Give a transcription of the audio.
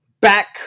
back